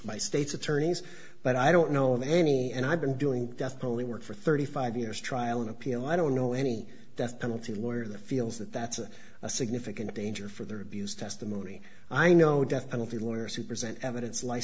my state's attorneys but i don't know of any and i've been doing death probably work for thirty five years trial an appeal i don't know any death penalty lawyer that feels that that's a significant danger for their abuse testimony i know death penalty lawyers who present evidence life